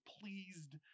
pleased